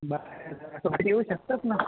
बा द पाजे येऊ शकतात ना